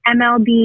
MLB